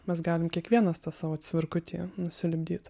mes galim kiekvienas tą savo virkutį nusilipdyt